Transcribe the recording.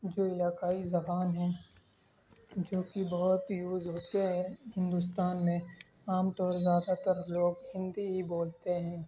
جو علاقائی زبان ہے جوکہ بہت ہی یوز ہوتا ہے ہندوستان میں عام طور زیادہ تر لوگ ہندی ہی بولتے ہیں